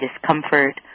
discomfort